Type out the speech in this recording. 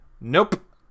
Nope